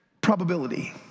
probability